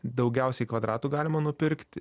daugiausiai kvadratų galima nupirkt